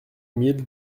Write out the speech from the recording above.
mille